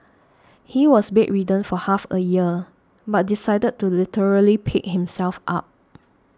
he was bedridden for half a year but decided to literally pick himself up